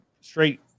straight